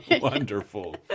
wonderful